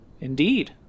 Indeed